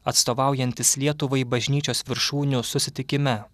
atstovaujantis lietuvai bažnyčios viršūnių susitikime